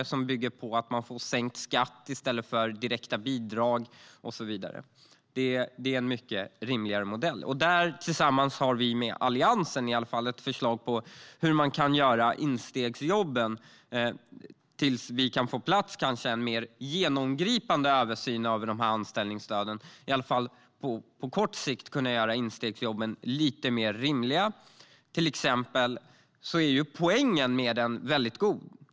Det kan bygga på att man får sänkt skatt i stället för direkta bidrag och så vidare. Det är en mycket rimligare modell. Vi i Alliansen har ett förslag på hur man i alla fall på kort sikt kan göra instegsjobben lite mer rimliga, tills vi kanske kan få på plats en mer genomgripande översyn av de här anställningsstöden. Till exempel är poängen med detta väldigt god.